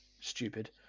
stupid